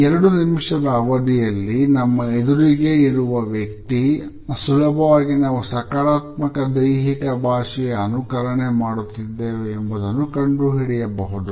ಎರಡು ನಿಮಿಷದ ಅವಧಿಯಲ್ಲಿ ನಮ್ಮ ಎದುರಿಗೆ ಇರುವ ವ್ಯಕ್ತಿ ಸುಲಭವಾಗಿ ನಾವು ಸಕಾರಾತ್ಮಕ ದೈಹಿಕ ಭಾಷೆಯ ಅನುಕರಣೆ ಮಾಡುತ್ತಿದ್ದೇವೆ ಎಂಬುದನ್ನು ಕಂಡುಹಿಡಿಯಬಹುದು